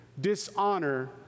dishonor